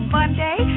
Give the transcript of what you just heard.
Monday